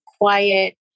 quiet